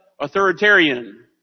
authoritarian